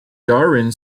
darwin